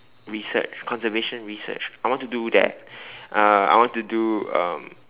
research conservation research I want to do that uh I want to do um